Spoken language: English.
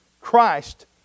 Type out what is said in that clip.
Christ